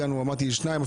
אחר כך אמרתי שניים.